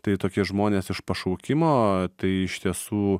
tai tokie žmonės iš pašaukimo tai iš tiesų